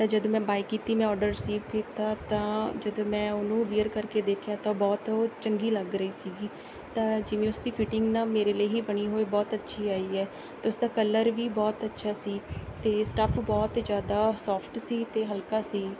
ਤਾਂ ਜਦੋਂ ਮੈਂ ਬਾਏ ਕੀਤੀ ਮੈਂ ਔਡਰ ਰਸੀਵ ਕੀਤਾ ਤਾਂ ਜਦੋਂ ਮੈਂ ਉਹਨੂੰ ਵੀਅਰ ਕਰਕੇ ਦੇਖਿਆ ਤਾਂ ਬਹੁਤ ਉਹ ਚੰਗੀ ਲੱਗ ਰਹੀ ਸੀਗੀ ਤਾਂ ਜਿਵੇਂ ਉਸ ਦੀ ਫਿਟਿੰਗ ਨਾ ਮੇਰੇ ਲਈ ਹੀ ਬਣੀ ਹੋਏ ਬਹੁਤ ਅੱਛੀ ਆਈ ਹੈ ਅਤੇ ਉਸ ਦਾ ਕਲਰ ਵੀ ਬਹੁਤ ਅੱਛਾ ਸੀ ਅਤੇ ਸਟਫ ਬਹੁਤ ਜ਼ਿਆਦਾ ਸੋਫਟ ਸੀ ਅਤੇ ਹਲਕਾ ਸੀ